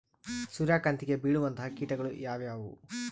ಸೂರ್ಯಕಾಂತಿಗೆ ಬೇಳುವಂತಹ ಕೇಟಗಳು ಯಾವ್ಯಾವು?